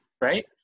Right